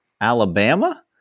Alabama